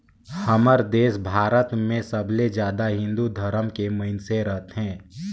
हमर देस भारत मे सबले जादा हिन्दू धरम के मइनसे रथें